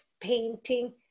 painting